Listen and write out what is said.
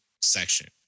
section